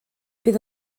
bydd